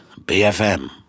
BFM